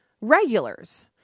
regulars